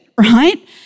right